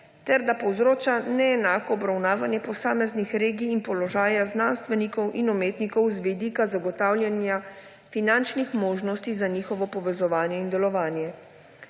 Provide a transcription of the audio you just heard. ter da povzroča neenako obravnavanje posameznih regij in položaja znanstvenikov in umetnikov z vidika zagotavljanja finančnih možnosti za njihovo povezovanje in delovanje.